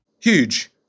Huge